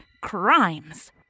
crimes